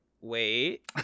Wait